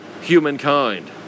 humankind